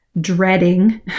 dreading